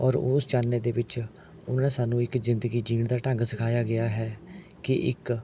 ਔਰ ਉਸ ਚਾਨਣੇ ਦੇ ਵਿੱਚ ਉਨ੍ਹਾਂ ਨੇ ਸਾਨੂੰ ਇੱਕ ਜ਼ਿੰਦਗੀ ਜੀਣ ਦਾ ਢੰਗ ਸਿਖਾਇਆ ਗਿਆ ਹੈ ਕਿ ਇੱਕ